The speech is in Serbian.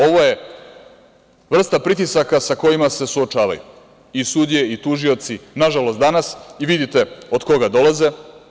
Ovo je vrsta pritisaka sa kojima se suočavaju i sudije i tužioci i nažalost danas vidite od koga dolaze.